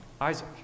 Isaac